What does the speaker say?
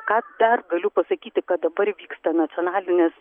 ką dar galiu pasakyti kad dabar vyksta nacionalinės